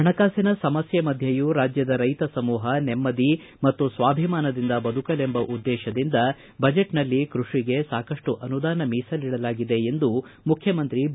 ಹಣಕಾಸಿನ ಸಮಸ್ಕೆ ಮಧ್ಯೆಯೂ ರಾಜ್ಯದ ರೈತ ಸಮೂಪ ನೆಮ್ಮದಿ ಮತ್ತು ಸ್ವಾಭಿಮಾನದಿಂದ ಬದುಕಲೆಂಬ ಉದ್ದೇಶದಿಂದ ಬಜೆಟ್ನಲ್ಲಿ ಕೃಷಿಗೆ ಸಾಕಷ್ಟು ಅನುದಾನ ಮೀಸಲಿಡಲಾಗಿದೆ ಎಂದು ಮುಖ್ಯಮಂತ್ರಿ ಬಿ